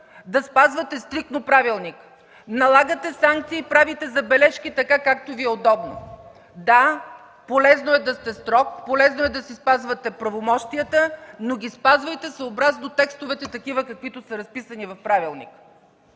да спазвате стриктно правилника. Налагате санкции и правите забележки така, както Ви е удобно. Да, полезно е да сте строг, полезно е да си спазвате правомощията, но ги спазвайте съобразно текстовете – такива, каквито са разписани в правилника.